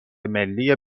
ملی